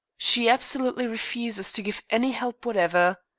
she absolutely refuses to give any help, whatever.